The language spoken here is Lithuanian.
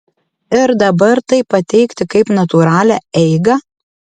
ir dabar tai pateikti kaip natūralią eigą